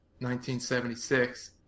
1976